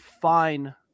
fine